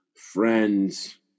friends